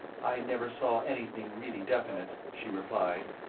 i never saw anything really definite, she replied.